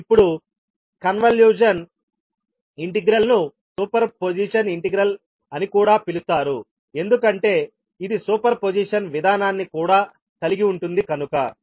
మీరు ఇప్పుడు convolution integral ను సూపర్ పొజిషన్ ఇంటిగ్రల్ అని కూడా పిలుస్తారు ఎందుకంటే ఇది సూపర్ పొజిషన్ విధానాన్ని కూడా కలిగి ఉంటుంది కనుక